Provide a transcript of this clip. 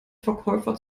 verkäufer